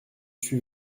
suis